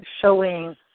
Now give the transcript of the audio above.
showing